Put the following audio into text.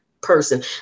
person